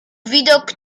widok